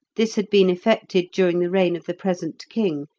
this had been effected during the reign of the present king,